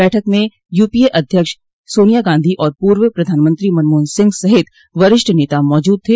बैठक में यूपीए अध्यक्ष सोनिया गांधी और पूर्व प्रधानमंत्री मनमोहन सिंह सहित वरिष्ठ नेता मौजूद थे